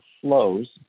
flows